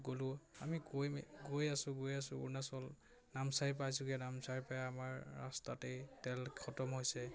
গ'লোঁ আমি গৈ গৈ আছোঁ গৈ আছোঁ অৰুণাচল নামচাই পাইছোঁগে নামচাই পাই আমাৰ ৰাস্তাতেই তেল খটম হৈছে